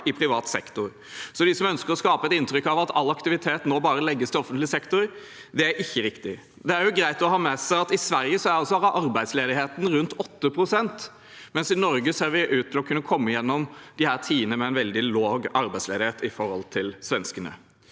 i privat sektor. Til dem som ønsker å skape et inntrykk av at all aktivitet nå bare legges til offentlig sektor: Det er ikke riktig. Det er greit å ha med seg at i Sverige er arbeidsledigheten rundt 8 pst., men i Norge ser det ut til at vi kan komme igjennom disse tidene med en veldig lav arbeidsledighet i forhold til svenskene.